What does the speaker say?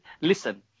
listen